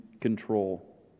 control